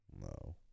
No